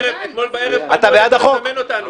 --- אתמול בערב פנו אלינו לזמן אותנו.